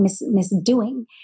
misdoing